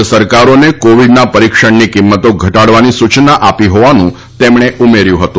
રાજ્ય સરકારોને કોવીડના પરિક્ષણની કિંમતો ઘટાડવાની સૂચના આપી હોવાનું તેમણે ઉમેર્યું હતું